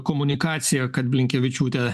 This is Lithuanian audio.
komunikacija kad blinkevičiūtė